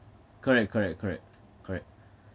correct correct correct correct